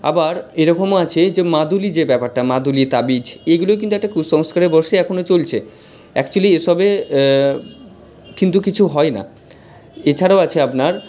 আবার এরকমও আছে যে মাদুলি যে ব্যাপারটা মাদুলি তাবিজ এগুলোই কিন্তু একটা কুসংস্কারের বশে এখনো চলছে অ্যাকচুয়ালি এসবে কিন্তু কিছু হয় না এছাড়াও আছে আপনার